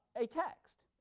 a text,